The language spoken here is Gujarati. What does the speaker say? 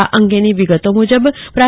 આ અંગેની વિગતો મુજબ પ્રા